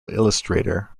illustrator